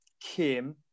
Kim